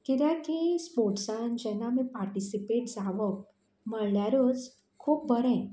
किद्याक की स्पोर्ट्सान जेन्ना आमी पार्टिसिपेट जावप म्हळ्यारूच खूब बरें